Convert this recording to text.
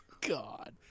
God